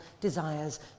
desires